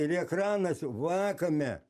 ir į ekranas va kame